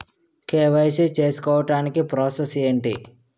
KYC చేసుకోవటానికి process ఏంటి?